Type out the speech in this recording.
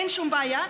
אין שום בעיה,